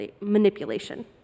manipulation